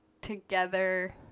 together